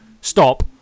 Stop